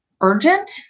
urgent